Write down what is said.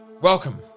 Welcome